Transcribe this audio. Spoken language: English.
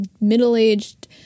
middle-aged